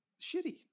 Shitty